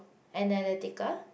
analytical